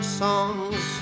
songs